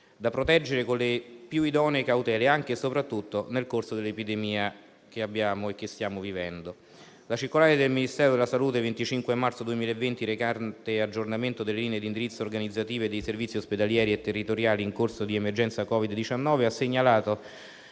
da proteggere con le più idonee cautele, anche e soprattutto nel corso dell'epidemia che stiamo vivendo. La circolare del Ministero della salute del 25 marzo 2020, recante «Aggiornamento delle linee di indirizzo organizzative dei servizi ospedalieri e territoriali in corso di emergenza Covid-19», ha segnalato